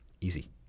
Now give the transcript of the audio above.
Easy